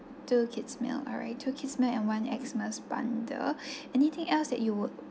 two kids meal alright two kids meal and one x'mas bundle anything else that you would